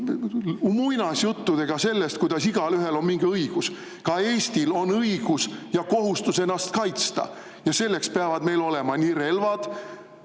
muinasjuttudega sellest, kuidas igaühel on mingi õigus. Ka Eestil on õigus ja kohustus ennast kaitsta ja selleks peavad meil olema nii relvad,